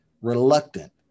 reluctant